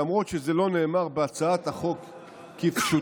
למרות שזה לא נאמר בהצעת החוק כפשוטה,